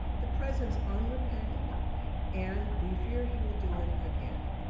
the president's unrepentant and we fear he will do it again.